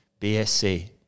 BSC